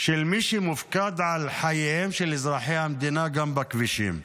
של מי שמופקד על חייהם של אזרחי המדינה גם בכבישים.